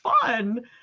fun